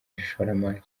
ishoramari